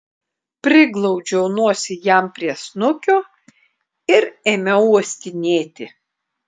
priglaudžiau nosį jam prie snukio ir ėmiau uostinėti